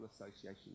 Association